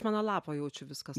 mano lapo jaučiu viskas